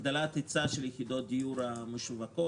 הגדלת היצע יחידות הדיור המשווקות,